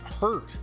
hurt